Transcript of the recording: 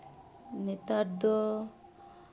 ᱱᱮᱛᱟᱨ ᱫᱚ